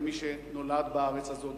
כמי שנולד בארץ הזאת,